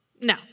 no